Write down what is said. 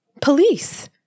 police